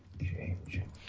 changing